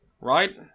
right